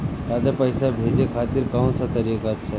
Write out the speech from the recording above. ज्यादा पईसा भेजे खातिर कौन सा तरीका अच्छा रही?